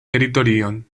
teritorion